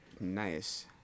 Nice